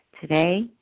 Today